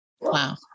wow